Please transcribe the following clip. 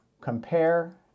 compare